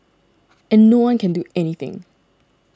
and no one can do anything